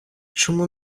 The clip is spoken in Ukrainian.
чому